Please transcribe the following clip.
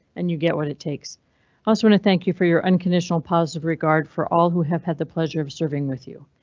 and you get what it takes. i also want to thank you for your unconditional positive regard for all who have had the pleasure of serving with you.